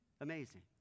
Amazing